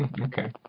Okay